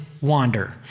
wander